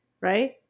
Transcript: right